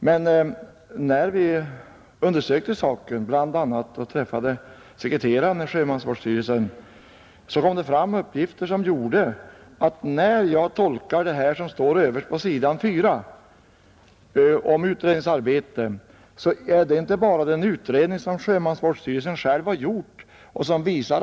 Men då vi undersökte saken — bland annat träffade vi sekreteraren i sjömansvårdsstyrelsen — kom det fram uppgifter som visade att frågan om sjömansprästernas löneförmåner är föremål för behandling i avtalsverket eller på motsvarande sätt — jag vet inte var det är man har att besluta om detta.